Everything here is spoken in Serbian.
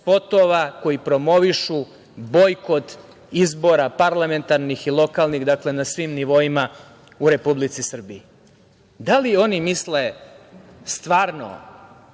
koji promovišu bojkot izbora, parlamentarnih i lokalnih, dakle na svim nivoima u Republici Srbiji. Da li oni misle stvarno